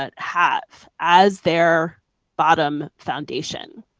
but have as their bottom foundation.